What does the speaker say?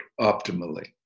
optimally